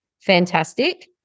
fantastic